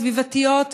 הסביבתיות,